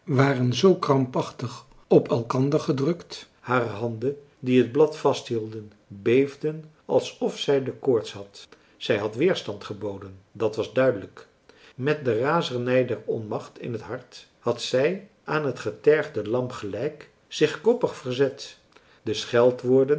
waren zoo krampachtig op elkander gedrukt haar handen die het blad vasthielden beefden alsof zij de koorts had zij had weerstand geboden dat was duidelijk met de razernij der onmacht in t hart had zij aan het getergde lam gelijk zich koppig verzet de